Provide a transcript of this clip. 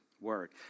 word